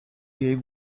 jej